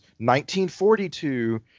1942